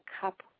cup